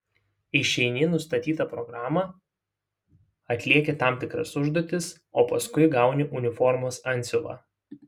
išeini nustatytą programą atlieki tam tikras užduotis o paskui gauni uniformos antsiuvą